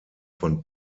von